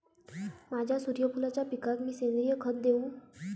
माझ्या सूर्यफुलाच्या पिकाक मी सेंद्रिय खत देवू?